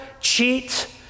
cheat